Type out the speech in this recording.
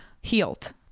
healed